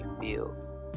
feel